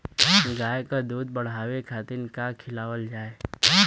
गाय क दूध बढ़ावे खातिन का खेलावल जाय?